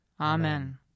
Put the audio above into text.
Amen